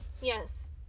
Yes